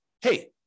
hey